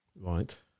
Right